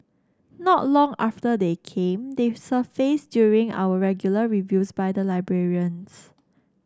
not long after they came they surfaced during our regular reviews by the librarians